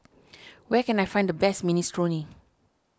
where can I find the best Minestrone